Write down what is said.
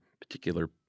particular